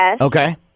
Okay